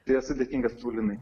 tai esu dėkingas paulinai